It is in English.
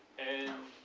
and